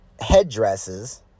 headdresses